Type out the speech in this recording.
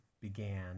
began